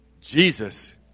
Jesus